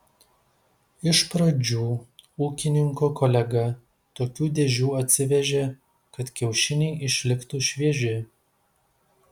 iš pradžių ūkininko kolega tokių dėžių atsivežė kad kiaušiniai išliktų švieži